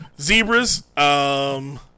zebras